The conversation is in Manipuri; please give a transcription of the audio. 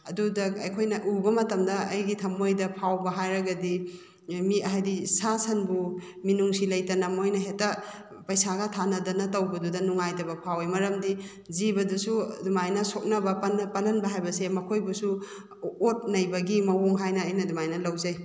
ꯑꯗꯨꯗ ꯑꯩꯈꯣꯏꯅ ꯎꯕ ꯃꯇꯝꯗ ꯑꯩꯒꯤ ꯊꯃꯣꯏꯗ ꯐꯥꯎꯕ ꯍꯥꯏꯔꯒꯗꯤ ꯃꯤ ꯍꯥꯏꯗꯤ ꯁꯥ ꯁꯟꯕꯨ ꯃꯤꯅꯨꯡꯁꯤ ꯂꯩꯇꯅ ꯃꯣꯏꯅ ꯍꯦꯛꯇ ꯄꯩꯁꯥꯒ ꯊꯥꯅꯗꯅ ꯇꯧꯕꯗꯨꯗ ꯅꯨꯡꯉꯥꯏꯇꯕ ꯐꯥꯎꯋꯦ ꯃꯔꯝꯗꯤ ꯖꯤꯕꯗꯨꯁꯨ ꯑꯗꯨꯃꯥꯏꯅ ꯁꯣꯛꯅꯕ ꯄꯟꯍꯟꯕ ꯍꯥꯏꯕꯁꯦ ꯃꯈꯣꯏꯕꯨꯁꯨ ꯑꯣꯠ ꯅꯩꯕꯒꯤ ꯃꯑꯣꯡ ꯍꯥꯏꯅ ꯑꯩꯅ ꯑꯗꯨꯃꯥꯏꯅ ꯂꯧꯖꯩ